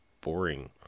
boring